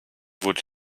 wurde